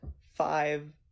five